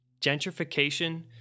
Gentrification